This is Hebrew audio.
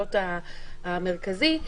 הסמכויות המרכזי,